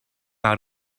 out